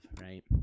right